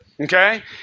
Okay